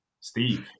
steve